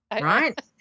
right